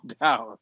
down